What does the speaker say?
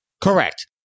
Correct